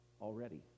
already